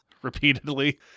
repeatedly